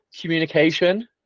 communication